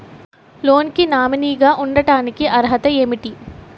Loan కి nominee గా ఉండటానికి అర్హత ఏమిటి?